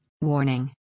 Warning